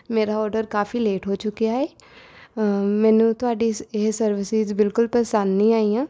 ਮੇਰਾ ਓਡਰ ਕਾਫੀ ਲੇਟ ਹੋ ਚੁੱਕਿਆ ਹੈ ਮੈਨੂੰ ਤੁਹਾਡੀ ਇਸ ਇਹ ਸਰਵਿਸਸ ਬਿਲਕੁਲ ਪਸੰਦ ਨਹੀਂ ਆਈਆਂ